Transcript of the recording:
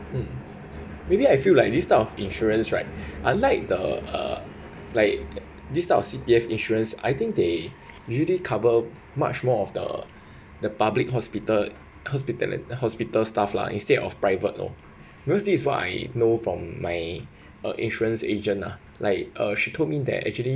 mm maybe I feel like this type of insurance right I like the uh like this type of C_P_F insurance I think they usually cover much more of the the public hospital hospitali~ hospital stuff lah instead of private lor because this is what I know from my uh insurance agent lah like uh she told me that actually